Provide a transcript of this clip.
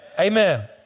Amen